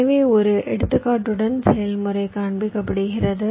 எனவே ஒரு எடுத்துக்காட்டுடன் செயல்முறை காண்பிக்கப்படுகிறது